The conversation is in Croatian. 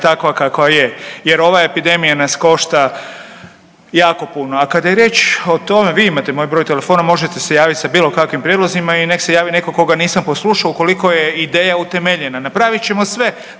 takva kakva je jer ova epidemija nas košta jako puno. A kada je riječ o tome vi imate moj broj telefona možete se javiti sa bilo kakvim prijedlozima i nek se javi neko koga nisam poslušao ukoliko je ideja utemeljena. Napravit ćemo sve